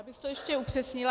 Já bych to ještě upřesnila.